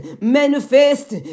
manifest